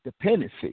dependency